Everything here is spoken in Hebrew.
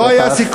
לא היה סיכום.